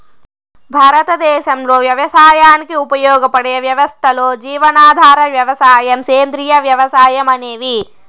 భారతదేశంలో వ్యవసాయానికి ఉపయోగపడే వ్యవస్థలు జీవనాధార వ్యవసాయం, సేంద్రీయ వ్యవసాయం అనేవి